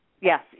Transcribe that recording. Yes